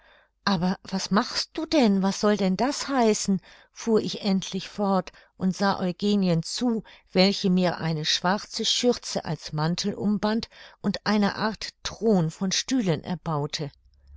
aber was machst du denn was soll denn das heißen fuhr ich endlich fort und sah eugenien zu welche mir eine schwarze schürze als mantel umband und eine art thron von stühlen erbaute